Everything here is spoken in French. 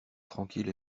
tranquilles